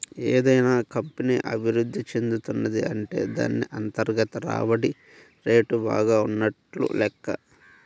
ఏదైనా కంపెనీ అభిరుద్ధి చెందుతున్నది అంటే దాన్ని అంతర్గత రాబడి రేటు బాగా ఉన్నట్లు లెక్క